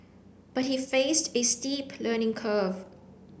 but he faced a steep learning curve